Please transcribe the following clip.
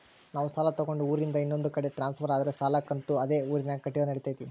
ನಾವು ಸಾಲ ತಗೊಂಡು ಊರಿಂದ ಇನ್ನೊಂದು ಕಡೆ ಟ್ರಾನ್ಸ್ಫರ್ ಆದರೆ ಸಾಲ ಕಂತು ಅದೇ ಊರಿನಾಗ ಕಟ್ಟಿದ್ರ ನಡಿತೈತಿ?